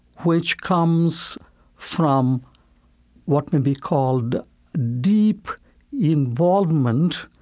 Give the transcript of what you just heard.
which comes from what may be called deep involvement.